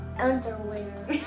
Underwear